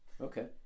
Okay